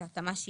זאת התאמת נוסח.